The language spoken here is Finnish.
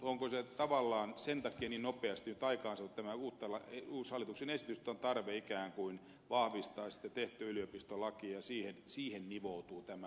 onko se tavallaan sen takia niin nopeasti aikaansaatu tämä uusi hallituksen esitys että on tarve ikään kuin vahvistaa sitä tehtyä yliopistolakia ja siihen nivoutuu tämä paine